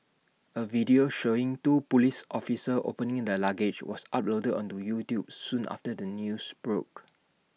A video showing two Police officers opening the luggage was uploaded onto YouTube soon after the news broke